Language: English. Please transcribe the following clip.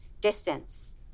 distance